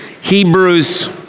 Hebrews